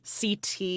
CT